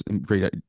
great